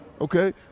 Okay